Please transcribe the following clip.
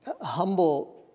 Humble